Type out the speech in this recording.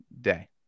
day